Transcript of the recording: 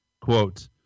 Quote